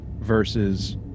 versus